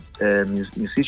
musician